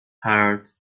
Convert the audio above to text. heart